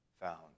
found